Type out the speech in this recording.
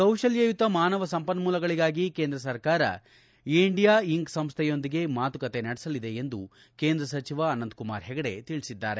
ಕೌಶಲ್ಯಯುತ ಮಾನವ ಸಂಪನ್ಮೊಲಗಳಿಗಾಗಿ ಕೇಂದ್ರ ಸರ್ಕಾರ ಇಂಡಿಯಾ ಇಂಕ್ ಸಂಸ್ಥೆಯೊಂದಿಗೆ ಮಾತುಕತೆ ನಡೆಸಲಿದೆ ಎಂದು ಕೇಂದ್ರ ಸಚಿವ ಅನಂತ್ ಕುಮಾರ್ ಹೆಗಡೆ ತಿಳಿಸಿದ್ದಾರೆ